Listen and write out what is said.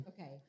Okay